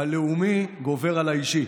הלאומי גובר על האישי.